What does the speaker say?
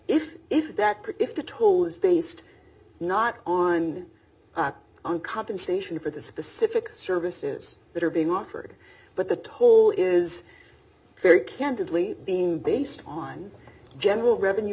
if if that if the toll is based not on on compensation for the specific services that are being offered but the toll is very candidly being based on general revenue